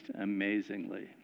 amazingly